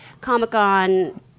Comic-Con